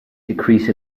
decrease